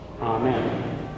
Amen